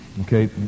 Okay